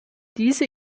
diese